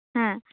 ᱦᱮᱸ